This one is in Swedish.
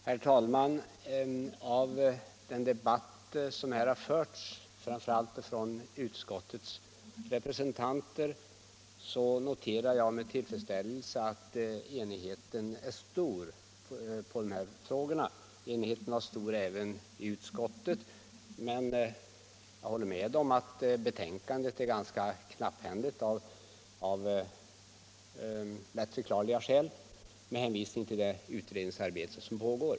Herr talman! I de inlägg som här har gjorts, framför allt av utskottets representanter, har jag med tillfredsställelse noterat att enigheten är stor i de här frågorna, och det var den även i utskottet. Jag håller med om att betänkandet är ganska knapphändigt, men det är lättförklarligt med hänvisning till det utredningsarbete som pågår.